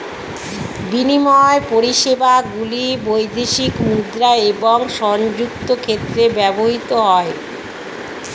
বিনিময় পরিষেবাগুলি বৈদেশিক মুদ্রা এবং সংযুক্ত ক্ষেত্রে ব্যবহৃত হয়